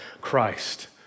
Christ